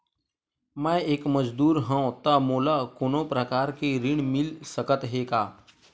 मैं एक मजदूर हंव त मोला कोनो प्रकार के ऋण मिल सकत हे का?